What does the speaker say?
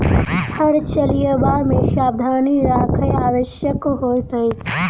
हर चलयबा मे सावधानी राखब आवश्यक होइत अछि